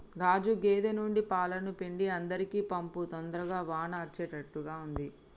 రాజు గేదె నుండి పాలను పిండి అందరికీ పంపు తొందరగా వాన అచ్చేట్టుగా ఉంది